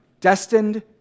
destined